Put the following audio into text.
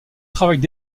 travaille